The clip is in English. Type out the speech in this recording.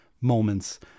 moments